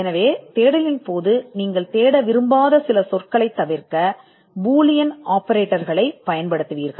எனவே தேடலில் நீங்கள் கண்டுபிடிக்க விரும்பாத சில சொற்களைத் தவிர்க்க பூலியன் ஆபரேட்டர்களைப் பயன்படுத்துவீர்கள்